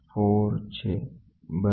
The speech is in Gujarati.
આ R3 છે આ R2 છે અને તે બદલાય છે